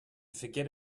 forget